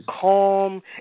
calm